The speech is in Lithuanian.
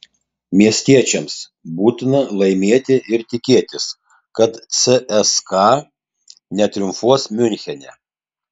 miestiečiams būtina laimėti ir tikėtis kad cska netriumfuos miunchene